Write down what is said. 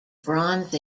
bronze